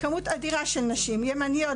כמות אדירה של נשים ימניות,